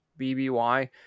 BBY